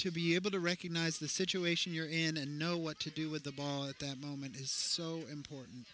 to be able to recognize the situation you're in and know what to do with the ball at that moment is so important